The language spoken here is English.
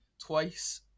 twice